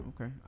Okay